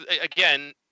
again